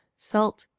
salt,